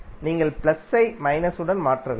நீங்கள் பிளஸை மைனஸுடன் மாற்ற வேண்டும்